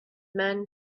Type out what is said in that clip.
men